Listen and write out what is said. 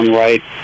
right